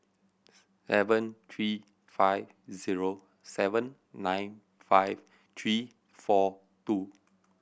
seven three five zero seven nine five three four two